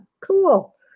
cool